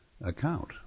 account